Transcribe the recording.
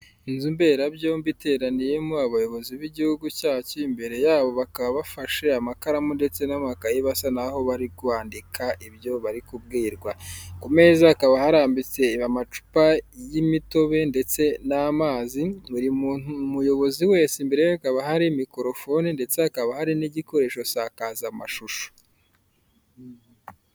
Inzu mberabyombi, iteraniyemo abayobozi b'igihugu cyacu, imbere yabo bakaba bafashe amakaramu ndetse n'amakaye basa naho bari kwandika ibyo bari kubwirwa. Kumeza hakaba harambitse amacupa y'imitobe ndetse n'amazi, buri muyobozi wese imbere ye hakaba hari mikoro fone, ndetse hakaba hari n'igikoresho nsakazamashusho.